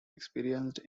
experienced